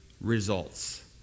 results